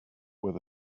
where